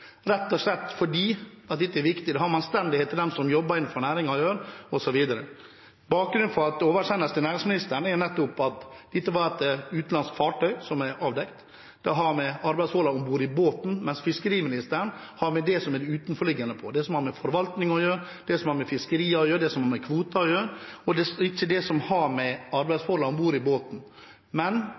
rett og slett fordi dette er viktig. Det har med anstendigheten til dem som jobber innenfor næringen, å gjøre. Bakgrunnen for at det oversendes til næringsministeren, er at det er avdekket at dette var et utenlandsk fartøy. Det har med arbeidsforholdene om bord i båten å gjøre, mens fiskeriministeren har med det utenforliggende å gjøre: det som har med forvaltning å gjøre, det som har med fiskeriene å gjøre, det som har med kvoter å gjøre – ikke det som har med arbeidsforholdene om bord i båten å gjøre. Men